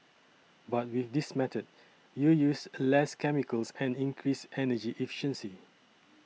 but with this method you use a less chemicals and increase energy efficiency